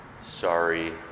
sorry